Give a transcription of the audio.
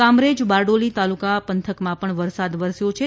કામરેજ બારડોલી તાલુકા પંથકમાં વરસાદ વરસ્યો છે